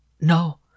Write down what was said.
No